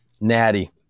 Natty